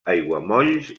aiguamolls